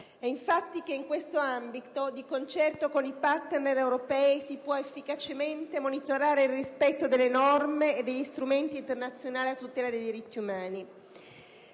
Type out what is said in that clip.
Infatti, in questo ambito, di concerto con i partner europei, si può efficacemente monitorare il rispetto delle norme e degli strumenti internazionali a tutela dei diritti umani.